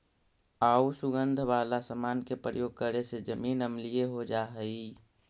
आउ सुगंध वाला समान के प्रयोग करे से जमीन अम्लीय हो जा हई